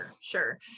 Sure